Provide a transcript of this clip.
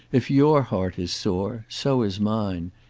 if your heart is sore, so is mine.